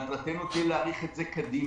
מטרתנו כן להאריך את זה קדימה,